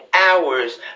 hours